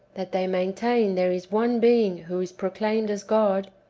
that they maintain there is one being who is proclaimed as god,